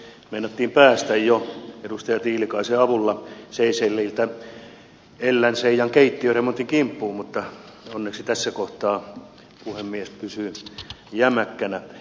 meinattiin päästä jo edustaja tiilikaisen avulla seychelleiltä keittiöremontin kimppuun mutta onneksi tässä kohtaa puhemies pysyy jämäkkänä